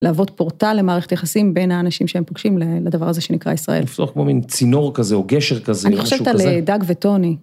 להוות פורטל למערכת היחסים בין האנשים שהם פוגשים לדבר הזה שנקרא ישראל. לפתוח כמו מין צינור כזה, או גשר כזה, או משהו כזה. אני חושבת על דג וטוני.